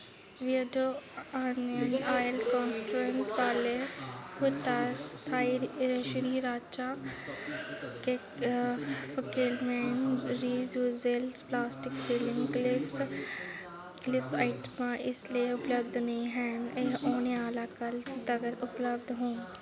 Beardo onion oil concentrate Parle Fulltoss Thai Sriracha ते Fackelmann reusable plastic sealing clips clips आइटमां इसलै उपलब्ध नेईं हैन एह् औने आह्ला कल्ल तक्कर उपलब्ध होङन